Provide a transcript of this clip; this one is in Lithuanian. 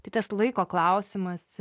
tai tas laiko klausimas